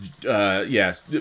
Yes